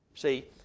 See